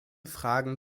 fragen